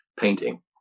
painting